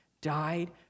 died